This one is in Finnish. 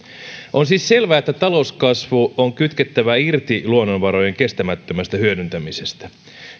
on siis selvää että talouskasvu on kytkettävä irti luonnonvarojen kestämättömästä hyödyntämisestä